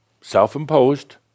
self-imposed